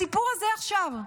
הסיפור הזה עכשיו,